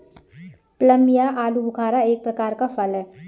plum या आलूबुखारा एक प्रकार का फल है